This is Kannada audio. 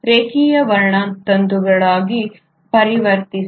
ರೇಖೀಯ ವರ್ಣತಂತುಗಳಾಗಿ ಪರಿವರ್ತಿಸಿ